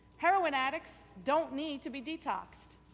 heroin addicts don't need to be detoxed.